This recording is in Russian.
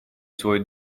свой